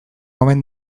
omen